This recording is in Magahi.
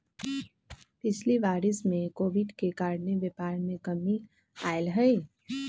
पिछिला वरिस में कोविड के कारणे व्यापार में कमी आयल हइ